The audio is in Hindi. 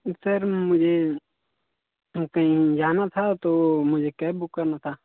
सर मुझे वह कहीं जाना था तो तो मुझे कैब बुक करना था